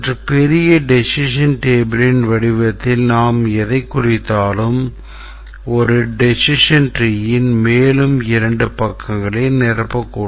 சற்று பெரிய decision table யின் வடிவத்தில் நாம் எதைக் குறித்தாலும் ஒரு decision tree மேலும் இரண்டு பக்கங்களை நிரப்பக்கூடும்